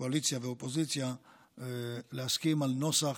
קואליציה ואופוזיציה, להסכים על נוסח